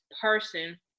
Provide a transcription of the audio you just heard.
person